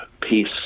peace